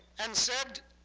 and said,